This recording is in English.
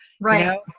Right